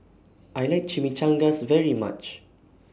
I like Chimichangas very much